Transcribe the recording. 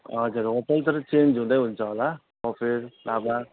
हजुर होटेल तर चेन्ज हुँदै हुन्छ होला कफेर लाभा